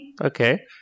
okay